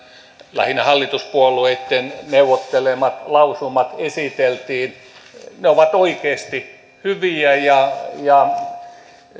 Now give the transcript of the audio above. lähinnä hallituspuolueitten neuvottelemat lausumat esiteltiin ne ovat oikeasti hyviä ja ja